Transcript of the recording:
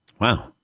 Wow